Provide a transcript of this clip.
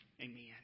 Amen